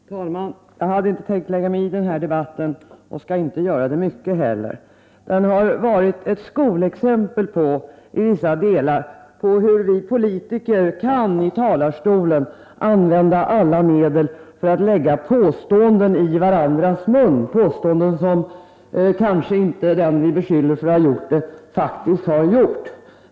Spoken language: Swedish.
Herr talman! Jag har inte tänkt lägga mig i den här debatten och jag skall inte göra det särskilt mycket heller. Debatten har i vissa delar varit ett skolexempel på hur vi politiker i talarstolen kan använda alla medel för att lägga påståenden i varandras mun — påståenden som den som tillvitas dem kanske faktiskt inte har gjort.